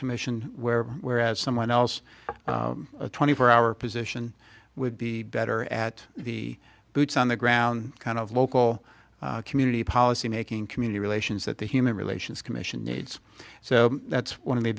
commission where whereas someone else twenty four hour position would be better at the boots on the ground kind of local community policymaking community relations that the human relations commission needs so that's one of the